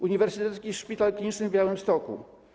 Uniwersytecki Szpital Kliniczny w Białymstoku.